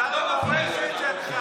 שיושב לידך,